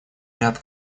ряд